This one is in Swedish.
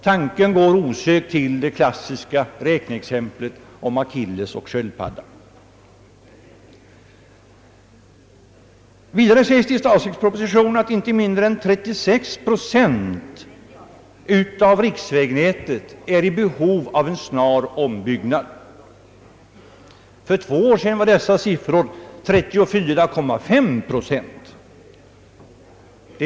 Tanken går osökt till det klassiska räkneexemplet om Akilles och sköldpaddan. Vidare sägs det i statsverkspropositionen att inte mindre än 36 procent av riksvägnätet är i behov av en snar uppbyggnad. För två år sedan var dessa siffror 34,5 procent.